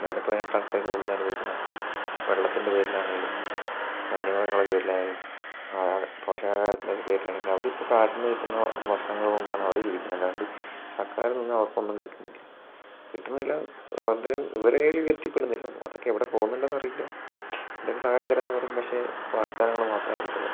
അതാണിപ്പോൾ വയനാട്ടിൽ ആൾക്കാർ കൂടുതൽ അനുഭവിക്കുന്ന അവസ്ഥ വെള്ളത്തിൻ്റെ പേരിലാണേലും വന്യമൃഗങ്ങളെ പേരിലായാലും ആഹാര പോഷകാഹാരത്തിൻ്റെ പേരിലാണെങ്കിലും അവരിപ്പോൾ കാട്ടിൽനിന്ന് കിട്ടുന്ന ഭക്ഷണങ്ങൾ കൊണ്ടാണ് അവർ ജീവിക്കുന്നത് അല്ലാണ്ട് സർക്കാരിൽ നിന്നും അവർക്കൊന്നും കിട്ടുന്നില്ല കിട്ടുന്നുമില്ല ഇവരെ കയ്യിലേക്ക് എത്തിപ്പെടുന്നില്ല ഒന്നും അതൊക്കെ എവിടെ പോകുന്നുണ്ടെന്നു അറിയില്ല എന്തെങ്കിലും സഹായം തരാമെന്ന് പറയും പക്ഷേ വാഗ്ദാനങ്ങൾ മാത്രം ആയിരിക്കും അതൊക്കെ